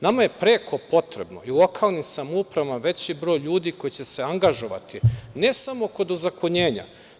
Nama je preko potrebno u lokalnim samoupravama veći broj ljudi koji će se angažovati ne samo kod ozakonjenja.